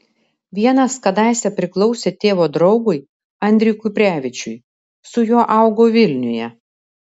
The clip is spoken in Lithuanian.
vienas kadaise priklausė tėvo draugui andriui kuprevičiui su juo augau vilniuje